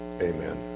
amen